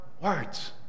words